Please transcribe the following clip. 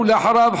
ואחריו,